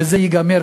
וזה ייגמר,